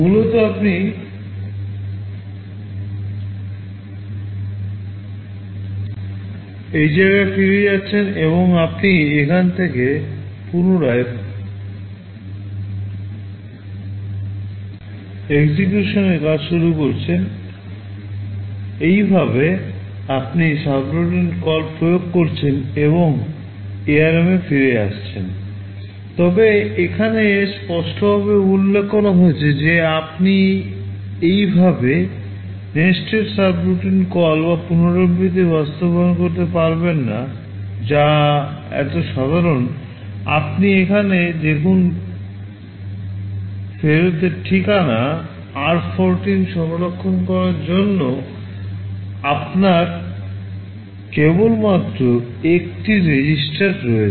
মূলত আপনি এই জায়গায় ফিরে যাচ্ছেন এবং আপনি এখান থেকে পুনরায় execution র কাজ শুরু করছেন এইভাবে আপনি সাবরুটিন বা পুনরাবৃত্তি বাস্তবায়ন করতে পারবেন না যা এত সাধারণ আপনি এখানে দেখুন ফেরতের ঠিকানা r14 সংরক্ষণ করার জন্য আপনার কেবলমাত্র একটি রেজিস্টার রয়েছে